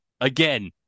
Again